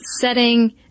setting